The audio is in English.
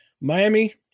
Miami